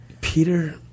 Peter